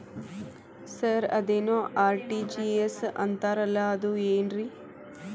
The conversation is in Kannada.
ಸರ್ ಅದೇನು ಆರ್.ಟಿ.ಜಿ.ಎಸ್ ಅಂತಾರಲಾ ಅದು ಏನ್ರಿ?